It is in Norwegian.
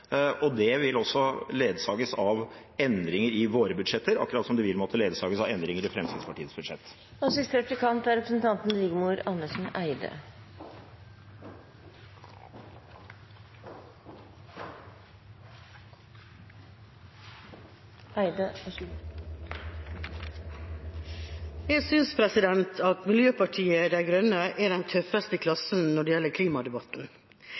og det vil også ledsages av endringer i våre budsjetter – akkurat som det vil måtte ledsages av endringer i Fremskrittspartiets budsjett. Jeg synes Miljøpartiet De Grønne er den tøffeste i klassen i klimadebatten, ikke minst når det gjelder